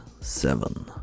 Seven